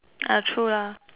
ah true lah